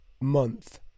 month